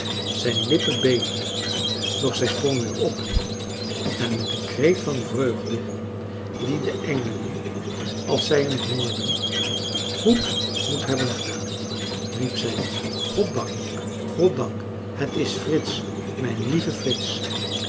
zijn lippen beefden doch zij sprong weer op en met een kreet van vreugde die de engelen als zij hem hoorden goed moet hebben gedaan riep zij goddank goddank het is frits mijn lieve frits